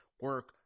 Work